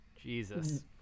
Jesus